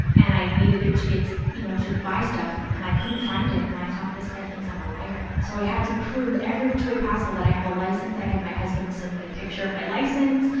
and i needed it to get, you know, to buy stuff and i couldn't find it, and i thought, this guy thinks i'm a liar. so, i had to prove every which way possible that i have a license. i had my husband send me a picture of my license.